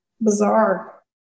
bizarre